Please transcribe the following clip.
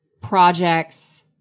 projects